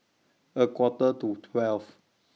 A Quarter to twelve